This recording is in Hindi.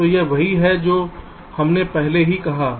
तो यह वही है जो हमने पहले ही कहा है